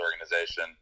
organization